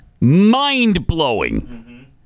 mind-blowing